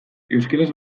euskaraz